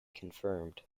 confirmed